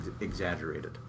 exaggerated